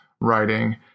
writing